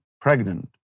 pregnant